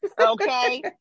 Okay